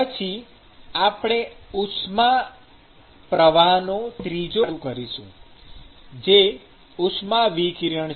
પછી આપણે ઉષ્મા પરિવહનનો ત્રીજો પ્રકાર શરૂ કરીશું જે ઉષ્માવિકિરણ છે